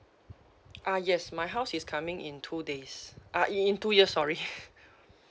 uh yes my house is coming in two days uh in in two years sorry